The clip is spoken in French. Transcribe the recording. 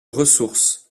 ressources